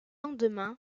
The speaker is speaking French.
lendemain